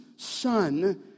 son